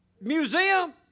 museum